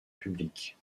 publique